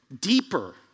deeper